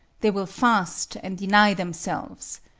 they will fast and deny themselves.